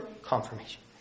Confirmation